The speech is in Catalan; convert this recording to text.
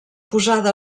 posada